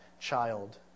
child